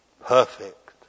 perfect